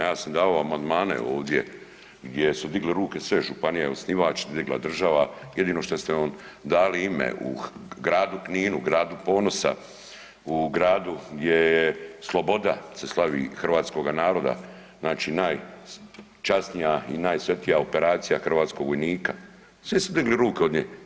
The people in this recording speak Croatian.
Ja sam davao amandmane ovdje gdje su digli ruke sve županije osnivač digla država, jedino šta ste nam dali ime u Gradu Kninu u gradu ponosa u gradu gdje je sloboda se slavi hrvatskog naroda znači najčasnija i najsvetija operacija hrvatskog vojnika, svi su digli ruke od nje.